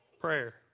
prayer